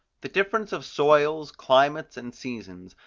the difference of soils, climates and seasons,